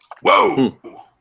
Whoa